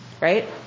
right